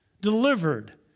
delivered